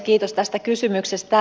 kiitos tästä kysymyksestä